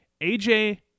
AJ